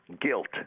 guilt